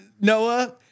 Noah